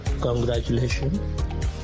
Congratulations